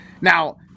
Now